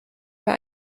für